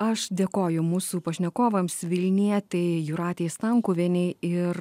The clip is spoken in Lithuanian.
aš dėkoju mūsų pašnekovams vilnietei jūratei stankuvienei ir